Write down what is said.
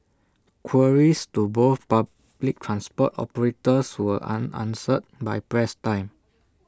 queries to both public transport operators were unanswered by press time